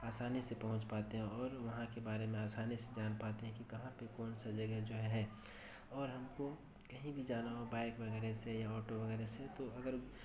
آسانی سے پہنچ پاتے ہیں اور وہاں کے بارے میں آسانی سے جان پاتے ہیں کہ کہاں پہ کون سا جگہ جو ہے اور ہم کو کہیں بھی جانا ہو بائیک وغیرہ سے یا آٹو وغیرہ سے تو اگر